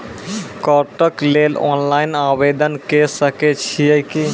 कार्डक लेल ऑनलाइन आवेदन के सकै छियै की?